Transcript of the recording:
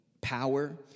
power